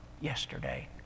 yesterday